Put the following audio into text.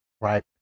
right